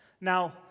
Now